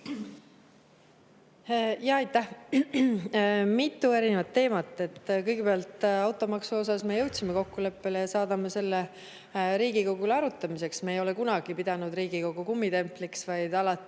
Aitäh! Mitu erinevat teemat. Kõigepealt, automaksus me jõudsime kokkuleppele ja saadame selle [eelnõu] Riigikogule arutamiseks. Me ei ole kunagi pidanud Riigikogu kummitempliks, siin on alati